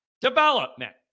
development